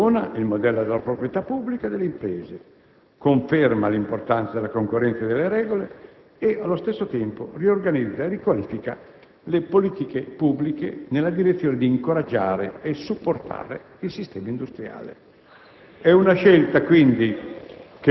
È una scelta che abbandona il modello della proprietà pubblica delle imprese, conferma l'importanza della concorrenza e delle regole e, allo stesso tempo, riorganizza e riqualifica le politiche pubbliche nella direzione di incoraggiare e supportare il sistema industriale.